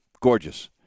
Gorgeous